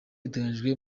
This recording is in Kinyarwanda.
iteganyijwe